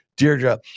Deirdre